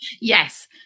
Yes